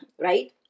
right